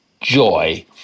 joy